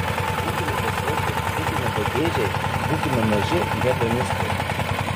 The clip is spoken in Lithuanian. būkime besočiai būkime begėdžiai būkime maži hedonistai